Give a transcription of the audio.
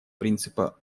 принципа